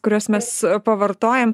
kuriuos mes pavartojam